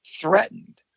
threatened